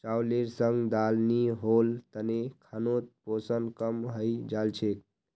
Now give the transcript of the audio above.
चावलेर संग दाल नी होल तने खानोत पोषण कम हई जा छेक